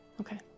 Okay